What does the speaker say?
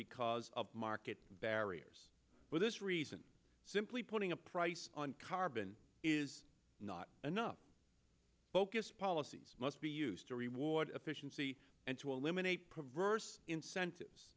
because of market barriers for this reason simply putting a price on carbon is not enough focused policies must be used to reward efficiency and to eliminate perverse incentives